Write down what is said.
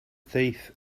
thief